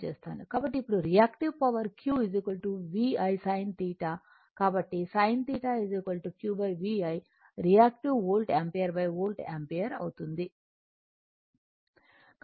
కాబట్టి ఇప్పుడు reactive power Q VIsin θ కాబట్టి sin θ Q VI reactive volt ampere volt ampere అవుతుంది